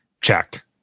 checked